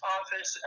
Office